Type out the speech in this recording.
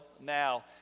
now